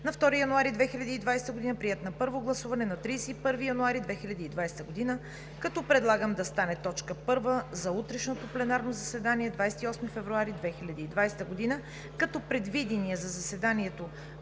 на 2 януари 2020 г., приет на първо гласуване на 31 януари 2020 г., като предлагам да стане точка първа за утрешното пленарно заседание – 28 февруари 2020 г., а предвиденият за заседанието